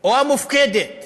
או המופקדת